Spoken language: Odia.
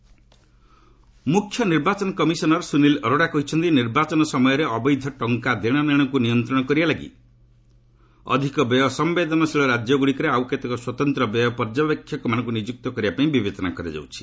ଇସି ମୁଖ୍ୟ ନିର୍ବାଚନ କମିଶନର୍ ସୁନୀଲ ଅରୋଡା କହିଛନ୍ତି ନିର୍ବାଚନ ସମୟରେ ଅବୈଧ ଟଙ୍କା ଦେଶନେଶକୁ ନିୟନ୍ତ୍ରଣ କରିବା ଲାଗି ଅଧିକ ବ୍ୟୟ ସମ୍ବେଦନଶୀଳ ରାଜ୍ୟଗୁଡ଼ିକରେ ଆଉ କେତେକ ସ୍ୱତନ୍ତ୍ର ବ୍ୟୟ ପର୍ଯ୍ୟବେକ୍ଷକମାନଙ୍କୁ ନିଯୁକ୍ତ କରିବା ପାଇଁ ବିବେଚନା କରାଯାଉଛି